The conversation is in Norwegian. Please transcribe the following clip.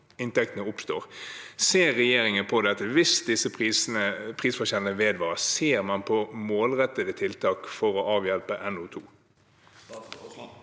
inntektene oppstår. Ser regjeringen på dette? Hvis disse prisforskjellene vedvarer, ser man på målrettede tiltak for å avhjelpe NO2?